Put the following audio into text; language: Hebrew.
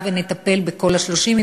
במידה שנטפל בכל ה-30,000,